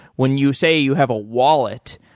when you say you have a wallet,